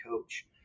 coach